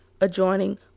adjoining